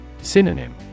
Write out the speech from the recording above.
Synonym